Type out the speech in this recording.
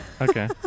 Okay